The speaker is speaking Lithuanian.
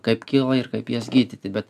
kaip kyla ir kaip jas gydyti bet